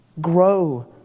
Grow